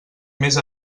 més